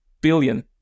billion